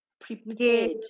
prepared